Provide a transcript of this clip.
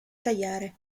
tagliare